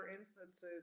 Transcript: instances